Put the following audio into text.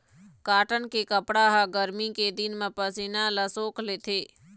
cotton के कपड़ा ह गरमी के दिन म पसीना ल सोख लेथे